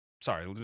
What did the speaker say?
Sorry